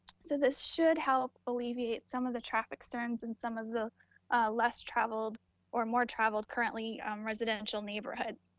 so this should help alleviate some of the traffic concerns and some of the less traveled or more traveled currently residential neighborhoods.